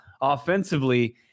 offensively